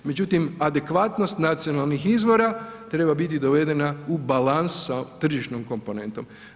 Međutim, adekvatnost nacionalnih izvora treba biti dovedena u balans sa tržišnom komponentom.